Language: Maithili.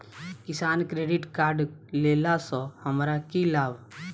किसान क्रेडिट कार्ड लेला सऽ हमरा की लाभ?